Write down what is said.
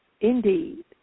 Indeed